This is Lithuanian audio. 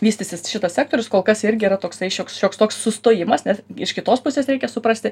vystysis šitas sektorius kol kas irgi yra toksai šioks šioks toks sustojimas nes iš kitos pusės reikia suprasti